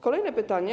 Kolejne pytanie.